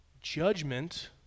Judgment